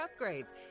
upgrades